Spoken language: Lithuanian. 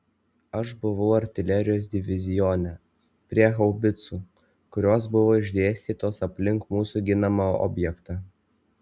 aš buvau artilerijos divizione prie haubicų kurios buvo išdėstytos aplink mūsų ginamą objektą